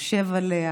חושב עליה,